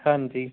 ਹਾਂਜੀ